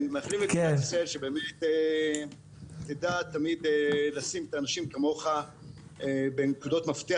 שתדע לשים אנשים כמוך בנקודות מפתח